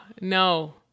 no